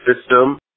system